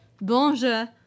Bonjour